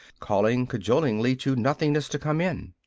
calling cajolingly to nothingness to come in.